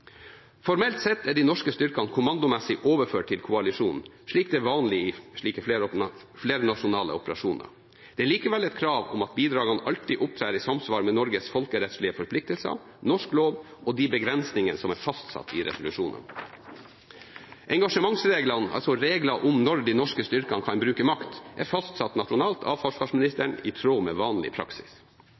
Formelt sett er de norske styrkene kommandomessig overført til koalisjonen, slik det er vanlig i slike flernasjonale operasjoner. Det er likevel et krav om at bidragene alltid opptrer i samsvar med Norges folkerettslige forpliktelser, norsk lov og de begrensninger som er fastsatt i resolusjonene. Engasjementsreglene, altså reglene om når de norske styrkene kan bruke makt, er fastsatt nasjonalt av forsvarsministeren i tråd med vanlig praksis.